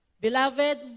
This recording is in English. Beloved